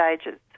stages